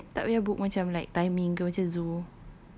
tahu then tak payah book macam like timing ke macam zoo